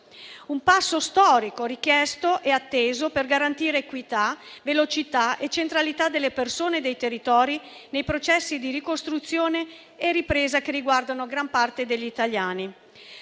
un passo storico, richiesto e atteso per garantire equità, velocità e centralità delle persone e dei territori nei processi di ricostruzione e ripresa che riguardano gran parte degli italiani.